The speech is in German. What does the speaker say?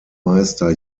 meister